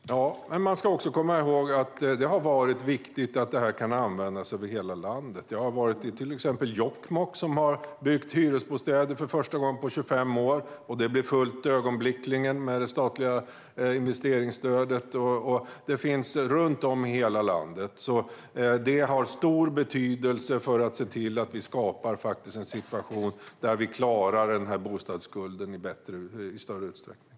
Fru talman! Man ska också komma ihåg att det har varit viktigt att detta har kunnat användas över hela landet. Jag har varit i till exempel Jokkmokk, där man för första gången på 25 år har byggt hyreslägenheter. Med hjälp av det statliga investeringsstödet blev det ögonblickligen fullt. Runt om i hela landet finns liknande exempel. Det har stor betydelse för att vi ska kunna skapa en situation där vi klarar bostadsskulden i större utsträckning.